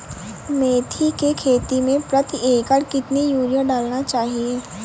मेथी के खेती में प्रति एकड़ कितनी यूरिया डालना चाहिए?